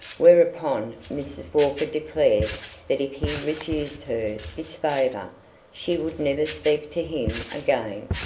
whereupon mrs. walker declared that if he refused her this favor she would never speak to him again.